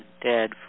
dead